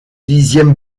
dixième